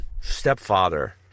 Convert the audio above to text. stepfather